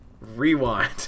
rewind